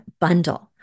bundle